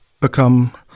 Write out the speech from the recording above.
become